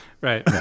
Right